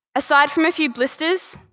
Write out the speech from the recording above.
aside from a few blisters,